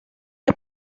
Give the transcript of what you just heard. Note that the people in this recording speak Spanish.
que